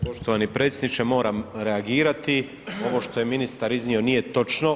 Poštovani predsjedniče, moram reagirati, ovo što je ministar iznio nije točno.